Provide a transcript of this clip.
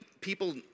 people